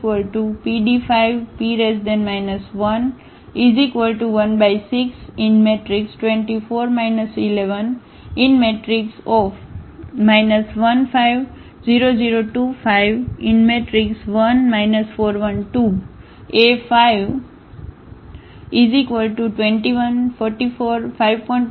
A5PD5P 1162 4 1 1 15 0 0 25 1 4 1 2 A521 44 5